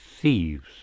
thieves